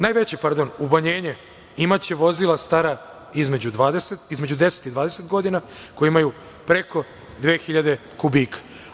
Najveće umanjenje imaće vozila stara između 10 i 20 godina koja imaju preko 2.000 kubika.